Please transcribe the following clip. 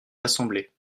l’assemblée